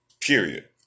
Period